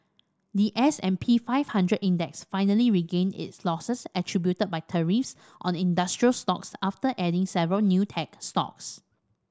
the S and P five hundred Index finally regained its losses attributed by tariffs on industrial stocks after adding several new tech stocks